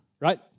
Right